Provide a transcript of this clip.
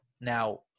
Now